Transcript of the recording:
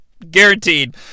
Guaranteed